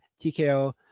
TKO